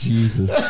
Jesus